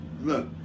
Look